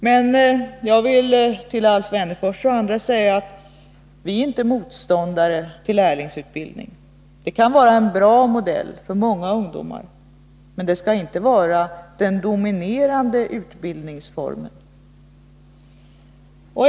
Men jag vill till Alf Wennerfors och andra säga att vi inte är motståndare till lärlingsutbildning — det kan vara en bra modell för många ungdomar. Men det skall inte vara den dominerande utbildningsformen.